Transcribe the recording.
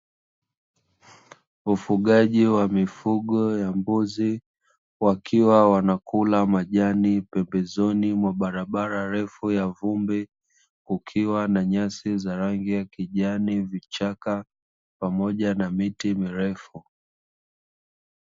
Ufugaji wa mifugo ya mbuzi, wakiwa wanakula Majani pembezoni mwa barabara refu ya vumbi kukiwa na nyasi za rangi ya Kijani, vichaka pamoja na miti mirefu.